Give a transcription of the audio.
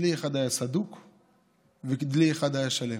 דלי אחד היה סדוק ודלי אחד היה שלם.